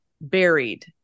buried